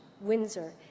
Windsor